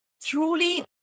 truly